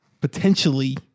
Potentially